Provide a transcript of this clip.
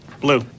blue